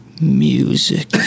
Music